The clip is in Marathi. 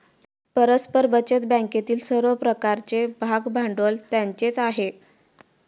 परस्पर बचत बँकेतील सर्व प्रकारचे भागभांडवल त्यांचेच आहे